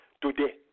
today